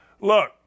Look